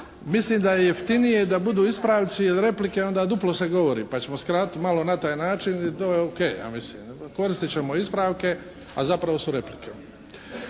mislim da je jeftinije da budu ispravci jer replike onda duplo se govori. Pa ćemo skratiti malo na taj način i to je Ok ja mislim. Koristit ćemo ispravke, a zapravo su replike.